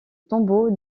tombeau